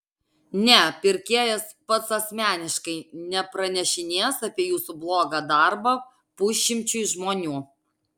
ne pirkėjas pats asmeniškai nepranešinės apie jūsų blogą darbą pusšimčiui žmonių